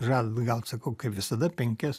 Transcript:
žadat gaut sakau kaip visada penkis